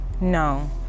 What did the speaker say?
No